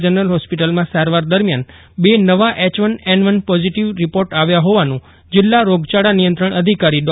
જનરલમાં સારવાર દરમ્યાન બે નવા એચવન એનવન પોઝિટિવના રિપોર્ટ આવ્યાનું જીલ્લા રોગચાળા નિયંત્રણ અધિકારી ડો